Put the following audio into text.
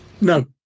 No